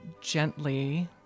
gently